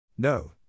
No